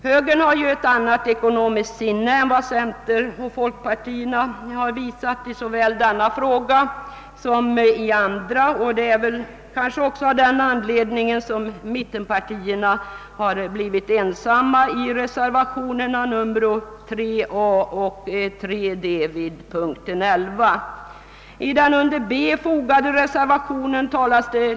Högern har ju ett annat ekonomiskt sinne än centern och folkpartiet i denna liksom i andra frågor, och kanske är det också av den anledningen som mittenpartierna har blivit ensamma om reservationerna 3 a och 3 d vid punkten 11. I reservationen 3 b talar reservanterna ett mera klart språk.